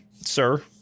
Sir